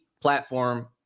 platform